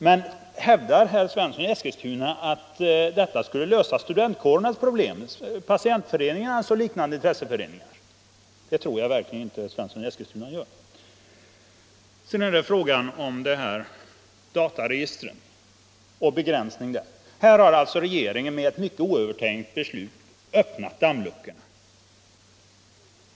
Men hävdar-herr Svensson i Eskilstuna att den lagen skulle kunna lösa problemen för studentkårerna, patientföreningarna och liknande intresseföreningar? Det tror jag verkligen inte att herr Svensson gör. Så till frågan om begränsningen av antalet personregister. Här har alltså regeringen med ett mycket oövertänkt beslut öppnat dammluckorna.